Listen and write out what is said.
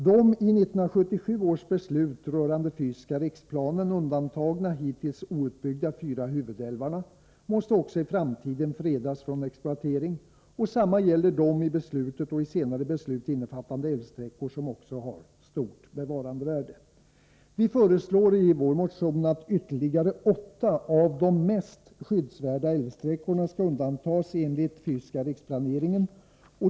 De i 1977 års beslut rörande fysiska riksplanen undantagna, hittills outbyggda, fyra huvudälvarna måste också i framtiden fredas från exploatering. Samma gäller de i beslutet och senare beslut innefattade älvsträckor som också har stort bevarandevärde. Vi föreslår i vår motion att ytterligare åtta av de mest skyddsvärda älvsträckorna skall undantas enligt den fysiska riksplanen.